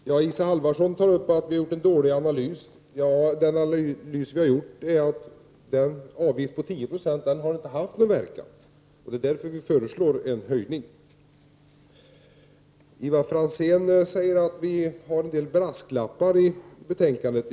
Isa Halvarsson säger att hon tycker att vi har gjort en dålig analys. Ja, den analys vi har gjort visar att en avgift på 10 20 inte har haft någon verkan, och det är därför vi föreslår en höjning. Ivar Franzén säger att vi har en del brasklappar i betänkandet.